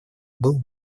был